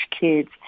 kids